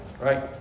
right